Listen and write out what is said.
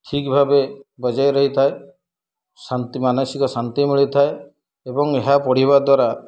ଠିକ୍ ଭାବେ ବଜାୟ ରହିଥାଏ ଶାନ୍ତି ମାନସିକ ଶାନ୍ତି ମିଳିଥାଏ ଏବଂ ଏହା ପଢ଼ିବା ଦ୍ୱାରା